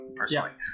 personally